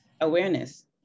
awareness